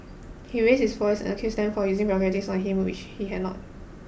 he raised his voice and accused them of using vulgarities on him which he had not